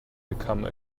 become